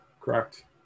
correct